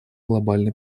глобальной